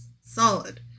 solid